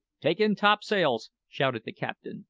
take in topsails! shouted the captain,